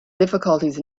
difficulties